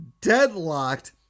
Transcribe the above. deadlocked